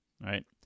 right